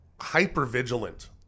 hyper-vigilant